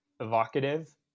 evocative